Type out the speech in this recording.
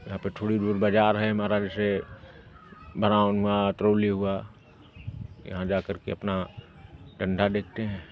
यहाँ पे थोड़ी दूर बाज़ार है हमारा उसे बराना किरौली हुआ यहाँ जा करके अपना धंधा देखते हैं